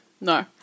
No